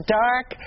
dark